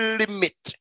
limit